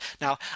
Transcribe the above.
Now